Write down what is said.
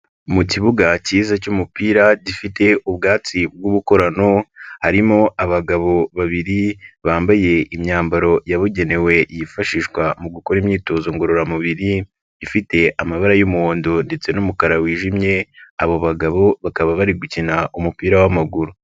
Mu kibuga cyiza cy'umupira gifite ubwatsi bw'ubukorano, harimo abagabo babiri, bambaye imyambaro yabugenewe yifashishwa mu gukora imyitozo ngororamubiri, ifite amabara y'umuhondo ndetse n'umukara wijimye, abo bagabo bakaba bari gukina umupira w'amaguru.